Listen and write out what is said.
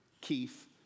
Keith